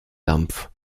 dampf